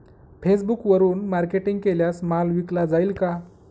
फेसबुकवरुन मार्केटिंग केल्यास माल विकला जाईल का?